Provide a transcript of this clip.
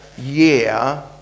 Year